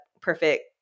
perfect